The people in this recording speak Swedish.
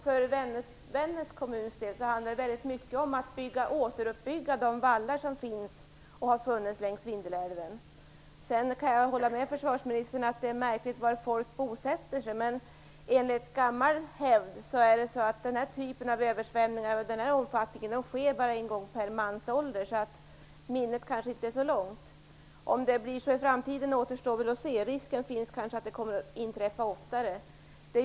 För Vännäs kommuns del handlar det mycket om att återuppbygga de vallar som har funnits längs Vindelälven. Jag kan hålla med försvarsministern om att det är märkligt att folk bosätter sig på vissa ställen. Men enligt gammal hävd sker den här typen av översvämningar, av den här omfattningen, en gång per mansålder, och minnet kanske inte sträcker sig så långt tillbaka. Det återstår att se om det blir på samma sätt i framtiden. Risken kanske finns att det kommer att inträffa oftare.